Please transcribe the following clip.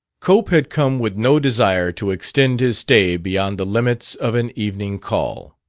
cope had come with no desire to extend his stay beyond the limits of an evening call.